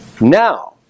Now